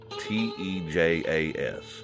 T-E-J-A-S